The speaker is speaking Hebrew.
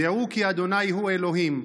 דעו כי ה' הוא אלהים,